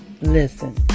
Listen